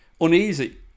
uneasy